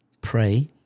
Pray